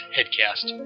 Headcast